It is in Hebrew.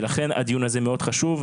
לכן הדיון הזה מאוד חשוב,